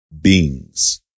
beings